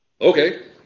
okay